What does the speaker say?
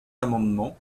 amendement